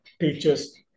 teachers